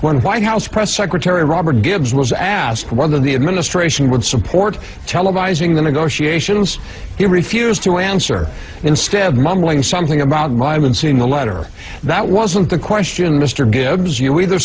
when white house press secretary robert gibbs was asked whether the administration would support televising the negotiations he refused to answer instead mumbling something about my would soon the letter that wasn't the question mr gibbs you either